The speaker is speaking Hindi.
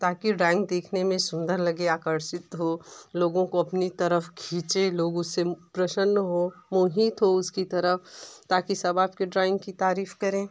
ताकि ड्राइंग देखने में सुंदर लगे आकर्षित हो लोगों को अपनी तरफ़ खींचे लोगों से प्रसन्न हों मोहित हों उसकी तरफ़ ताकि सब आपके ड्राइंग की तारीफ़ करें